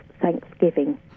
Thanksgiving